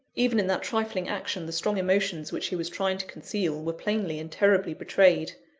even in that trifling action, the strong emotions which he was trying to conceal, were plainly and terribly betrayed.